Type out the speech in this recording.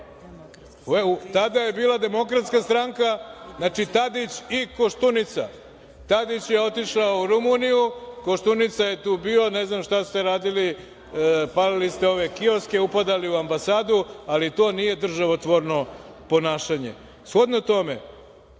Tada je bila DS. Znači, Tadić i Koštunica. Tadić je otišao u Rumuniju, Koštunica je tu bio. Ne znam šta ste radili. Palili ste ove kioske, upadali u ambasadu, ali to nije državotvorno ponašanje. Ja mogu